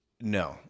No